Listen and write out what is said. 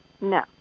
No